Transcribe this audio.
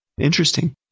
Interesting